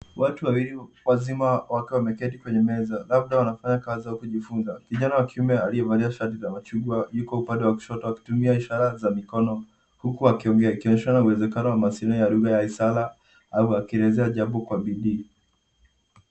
Watu wawili wazima wakiwa wameketi kwenye meza labda wanafanya kazi au kujifunza. Kijana wa kiume aliyevalia shati ya machungwa yuko upande wa kushoto akitumia ishara za mikono huku akiongea ikionyesha uwezekano wa masomo ya lugha ya ishara au akielezea jambo kwa bidii.